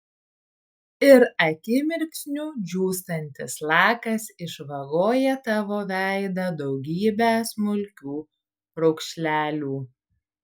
ir akimirksniu džiūstantis lakas išvagoja tavo veidą daugybe smulkių raukšlelių